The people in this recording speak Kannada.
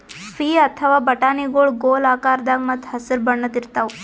ಪೀ ಅಥವಾ ಬಟಾಣಿಗೊಳ್ ಗೋಲ್ ಆಕಾರದಾಗ ಮತ್ತ್ ಹಸರ್ ಬಣ್ಣದ್ ಇರ್ತಾವ